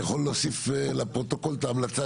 אני יכול להוסיף לפרוטוקול את ההמלצה